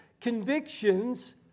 convictions